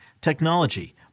technology